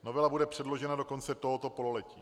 Novela bude předložena do konce tohoto pololetí.